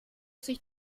sich